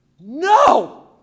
no